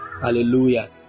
Hallelujah